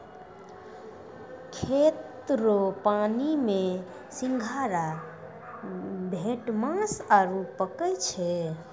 खेत रो पानी मे सिंघारा, भेटमास आरु फरै छै